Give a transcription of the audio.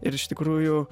ir iš tikrųjų